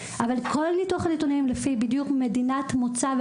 כל ניתוח הנתונים לפי בדיוק מדינת מוצא,